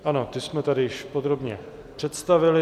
Ano, ty jsme tady již podrobně představili.